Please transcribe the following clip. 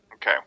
Okay